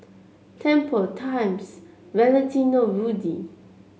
Tempur Times and Valentino Rudy